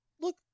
Look